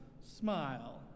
smile